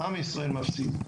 עם ישראל מפסיד.